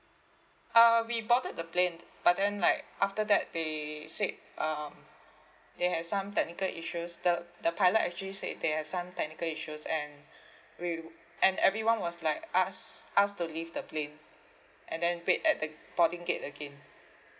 uh we boarded the the plane but then like after that they said um they have some technical issues the the pilot actually said they have some technical issues and we and everyone was like asked asked to leave the plane and then wait at the boarding gate again